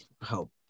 help